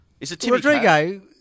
Rodrigo